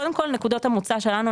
קודם כל נקודת המוצא שלנו,